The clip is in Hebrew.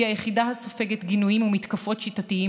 היא היחידה הסופגת גינויים ומתקפות שיטתיים